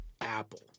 Apple